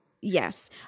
Yes